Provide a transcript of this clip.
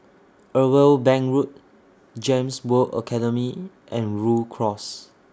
Irwell Bank Road Gems World Academy and Rhu Cross